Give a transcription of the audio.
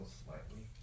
slightly